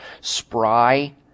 Spry